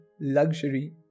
luxury